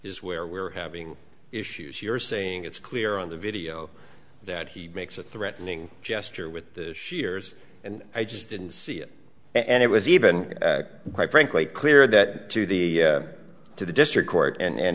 is where we're having issues you're saying it's clear on the video that he makes a threatening gesture with shears and i just didn't see it and it was even quite frankly clear that to the to the district court and